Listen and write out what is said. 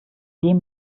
dem